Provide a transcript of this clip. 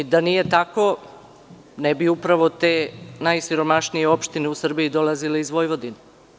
Da nije tako, ne bi upravo te najsiromašnije opštine u Srbiji dolazile iz Vojvodine.